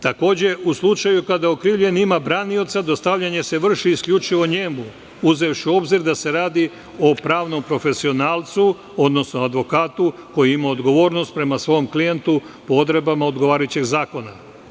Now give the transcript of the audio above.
Takođe, u slučaju kada okrivljeni ima branica, dostavljanje se vrši isključivo njemu, uzevši u obzir da se radi o pravnom profesionalcu, odnosno advokatu koji ima odgovornost prema svom klijentu po odredbama odgovarajućeg zakona.